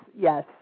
yes